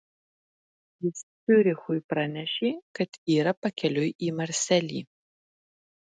jis ciurichui pranešė kad yra pakeliui į marselį